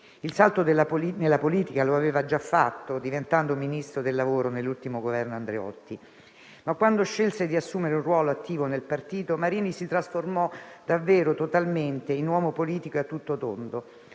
Il salto nella politica lo aveva già fatto, diventando Ministro del lavoro nell'ultimo governo Andreotti, ma quando scelse di assumere un ruolo attivo nel partito, Marini si trasformò davvero totalmente in un uomo politico a tutto tondo,